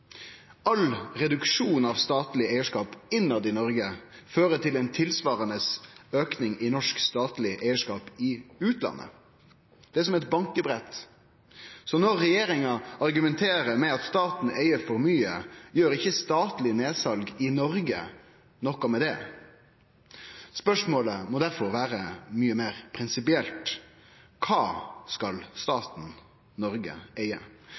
All reduksjon av statleg eigarskap innanfor Noreg fører til ein tilsvarande auke av norsk statleg eigarskap i utlandet. Det er som eit bankebrett. Så når regjeringa argumenterer med at staten eig for mykje, gjer ikkje statleg nedsal i Noreg noko med det. Spørsmålet må derfor vere mykje meir prinsipielt: Kva skal staten Noreg eige?